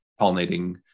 pollinating